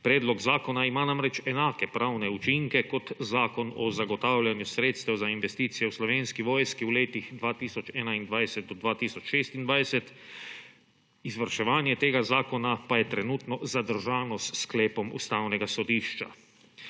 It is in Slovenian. Predlog zakona ima namreč enake pravne učinke kot Zakon o zagotavljanju sredstev za investicije v Slovenski vojski v letih 2021 do 2026, izvrševanje tega zakona pa je trenutno zadržano s sklepom Ustavnega sodišča.